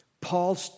Paul